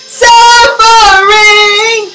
suffering